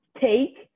take